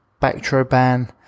Bactroban